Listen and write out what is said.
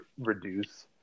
reduce